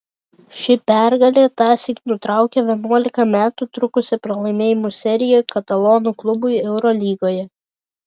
ši pergalė tąsyk nutraukė vienuolika metų trukusią pralaimėjimų seriją katalonų klubui eurolygoje